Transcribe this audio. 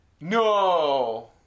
no